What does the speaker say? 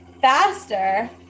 faster